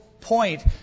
point